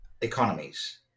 economies